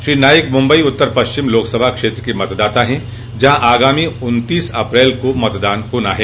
श्री नाईक मुंबई उत्तर पश्चिम लोकसभा क्षेत्र के मतदाता है जहां आगामी उन्तीस अप्रैल को मतदान होना है